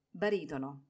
baritono